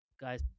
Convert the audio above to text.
guys